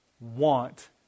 want